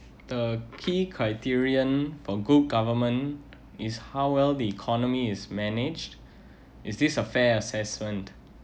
the key criterion of good government is how well the economy is managed is this a fair assessment